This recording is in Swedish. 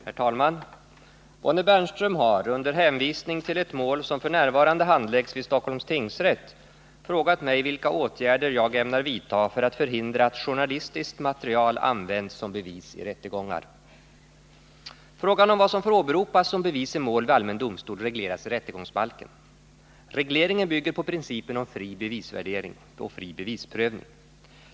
Herr talman! Bonnie Bernström har, under hänvisning till ett mål som f. n. handläggs vid Stockholms tingsrätt, frågat mig vilka åtgärder jag ämnar vidta för att hindra att journalistiskt material används som bevis i rättegångar. Frågan om vad som får åberopas som bevis i mål vid allmän domstol regleras i rättegångsbalken. Regleringen bygger på principen om fri bevisvärdering och fri bevisprövning.